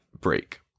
break